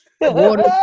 water